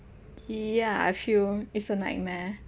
ya I feel it's a nightmare